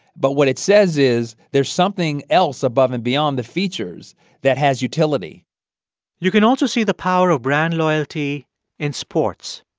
but what it says is, there's something else above and beyond the features that has utility you can also see the power of brand loyalty in sports.